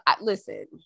listen